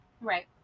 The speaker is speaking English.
Right